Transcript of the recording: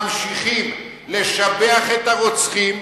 ממשיכים לשבח את הרוצחים,